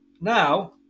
Now